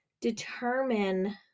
Determine